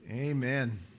Amen